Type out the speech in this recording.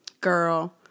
Girl